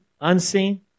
unseen